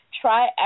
Try